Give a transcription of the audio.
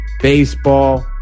baseball